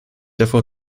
davor